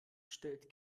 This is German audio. stellt